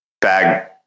bag